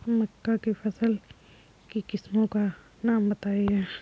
मक्का की फसल की किस्मों का नाम बताइये